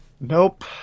Nope